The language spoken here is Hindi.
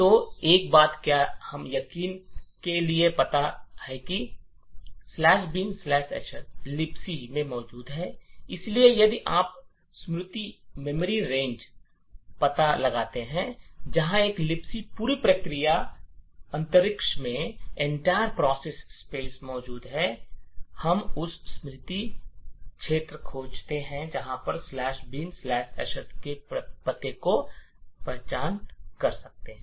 तो एक बात क्या हम यकीन के लिए पता है कि बिनश ""binsh"" लिबसी में मौजूद है इसलिए यदि आप स्मृति रेंज पता है जहां एक लिबसी पूरी प्रक्रिया अंतरिक्ष में मौजूद है हम उस स्मृति क्षेत्र खोज और बिनश ""binsh"" के पते की पहचान कर सकता है